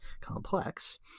complex